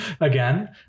again